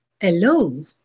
hello